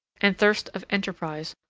and thirst of enterprise,